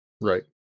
Right